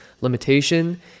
limitation